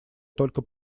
только